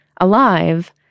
alive